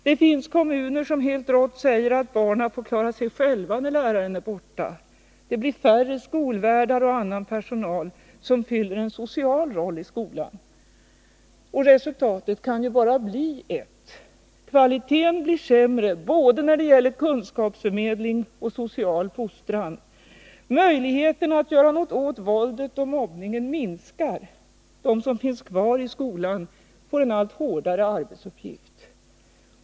Det finns kommuner som helt rått säger att barnen får klara sig själva när läraren är borta. Det blir färre skolvärdar och annan personal som fyller en social roll i skolan. Resultatet kan bara bli ett: kvaliteten blir sämre när det gäller både kunskapsförmedling och social fostran. Möjligheterna att göra något åt våldet och mobbningen minskar. De som finns kvar i skolan får en allt hårdare arbetsuppgift.